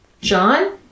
John